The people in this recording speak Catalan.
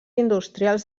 industrials